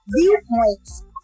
viewpoints